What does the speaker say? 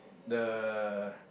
the